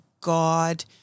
God